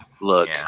look